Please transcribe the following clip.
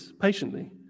patiently